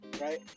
right